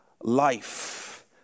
life